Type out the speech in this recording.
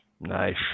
Nice